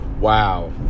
wow